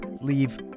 leave